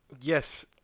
yes